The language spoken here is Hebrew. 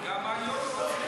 גם היום רוצים שלום.